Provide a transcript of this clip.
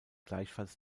gleichfalls